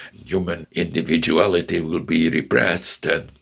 human individuality will be repressed and,